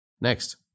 Next